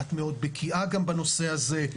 את מאוד בקיאה גם בנושא הזה,